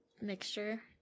mixture